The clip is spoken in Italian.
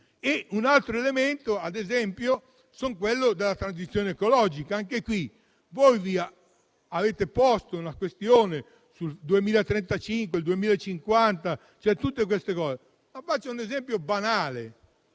Un altro elemento è quello della transizione ecologica. Avete posto una questione sul 2035 e sul 2050. Faccio però un esempio banale.